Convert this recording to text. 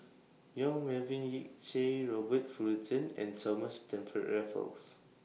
Yong Melvin Yik Chye Robert Fullerton and Thomas Stamford Raffles